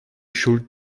schuld